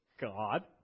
God